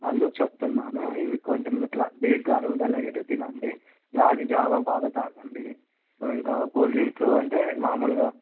అందుకు చెప్తున్నాను ఇవి కొంచెం ఇట్లా స్పీడ్గా అరుగుదలయ్యేటివి తినండి రాగిజావ బాగా తాగండి ఇంకా కూల్ డ్రింక్స్ అంటే మామూలుగా